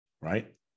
right